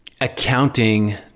accounting